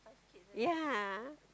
yea